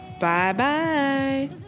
Bye-bye